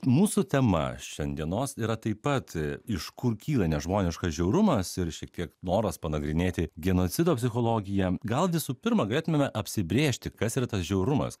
mūsų tema šiandienos yra taip pat iš kur kyla nežmoniškas žiaurumas ir šiek tiek noras panagrinėti genocido psichologiją gal visų pirma galėtumėme apsibrėžti kas yra tas žiaurumas